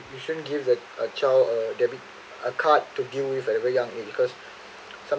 you shouldn't give the a child a debit a card to give away for a young age because some